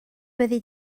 byddi